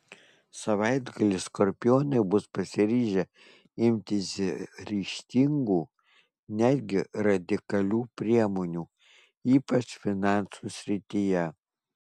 savaitgalį skorpionai bus pasiryžę imtis ryžtingų netgi radikalių priemonių ypač finansų srityje